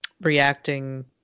reacting